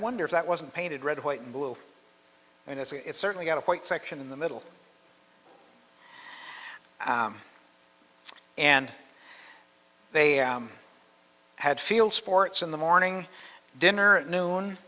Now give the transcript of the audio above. wonder if that wasn't painted red white and blue and it's certainly got a white section in the middle and they had field sports in the morning dinner at noon